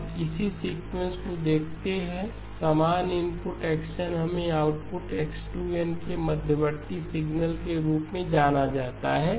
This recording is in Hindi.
अब हम इसी सीक्वेंस को देखते हैं समान इनपुट x n हमें आउटपुट को X2 n और मध्यवर्ती सिग्नल X2 n के रूप में जाना जाता है